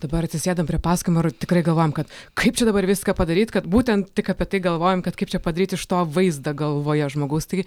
dabar atsisėdam prie pasakojimo ir tikrai galvojam kad kaip čia dabar viską padaryt kad būten tik apie tai galvojam kad kaip čia padaryt iš to vaizdą galvoje žmogaus taigi